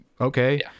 okay